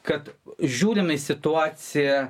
kad žiūrime į situaciją